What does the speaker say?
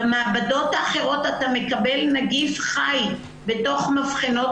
במעבדות האחרות אתה מקבל נגיף חי בתוך מבחנות